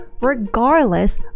regardless